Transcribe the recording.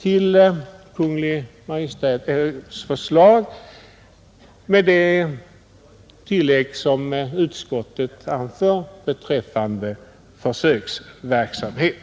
till Kungl. Maj:ts förslag med det tillägg som utskottet gjort beträffande försöksverksamhet.